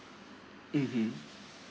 mm